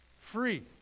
free